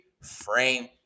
frame